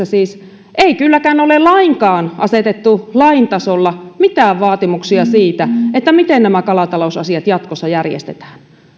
siis lakiesityksessä ei kylläkään ole lainkaan asetettu lain tasolla mitään vaatimuksia siitä miten nämä kalatalousasiat jatkossa järjestetään